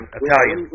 italian